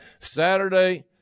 Saturday